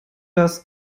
das